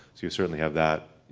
so you certainly have that,